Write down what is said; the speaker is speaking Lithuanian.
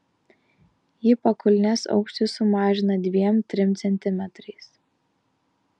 ji pakulnės aukštį sumažina dviem trim centimetrais